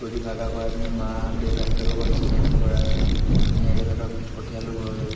কুৰ্তি ফাৰ্তা কৰাই পিনি মা দেউতাহঁতৰ লগত চিনাকি কৰাই ধুনীয়াকৈ তেহেতক পঠিয়ালোঁ ঘৰলৈ